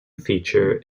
feature